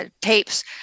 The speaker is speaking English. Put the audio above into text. tapes